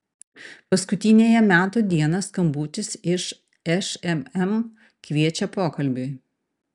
paskutiniąją metų dieną skambutis iš šmm kviečia pokalbiui